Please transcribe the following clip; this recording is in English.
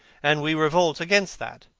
and we revolt against that.